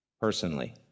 personally